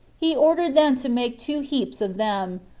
he ordered them to make two heaps of them,